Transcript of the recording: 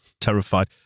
Terrified